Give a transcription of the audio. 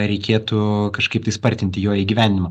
reikėtų kažkaip tai spartinti jo įgyvendinimą